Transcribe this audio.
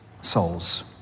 souls